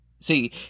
See